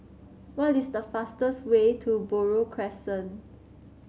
what is the fastest way to Buroh Crescent